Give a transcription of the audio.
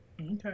Okay